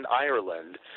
Ireland